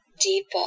Deeper